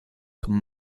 zum